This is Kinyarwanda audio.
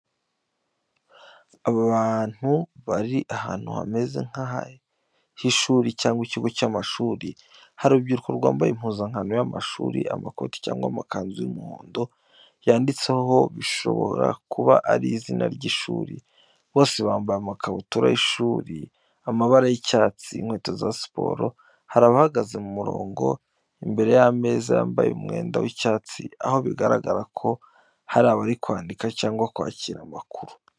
Abantu bari ahantu hameze nk’ah’ishuri cyangwa ikigo cy’amashuri. Hari urubyiruko rwambaye impuzankano y’amashuri, amakoti cyangwa amakanzu y’umuhondo yanditseho bishobora kuba ari izina ry’ishuri. Bose bambaye amakabutura y’ishuri amabara y’icyatsi, inkweto za siporo. Hari abahagaze mu murongo imbere y’ameza yambaye umwenda w’icyatsi, aho bigaragara ko hari abari kwandika cyangwa kwakira amakuru.